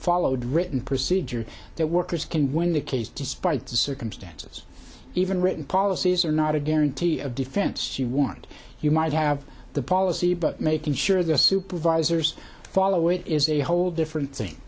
followed written procedure that workers can win the case despite the circumstances even written policies are not a guarantee of defense you want you might have the policy but making sure their supervisors follow it is a whole different thing